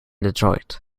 detroit